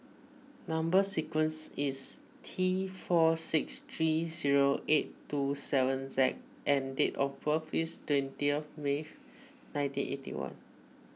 Number Sequence is T four six three zero eight two seven Z and date of birth is twenty of May nineteen eighty one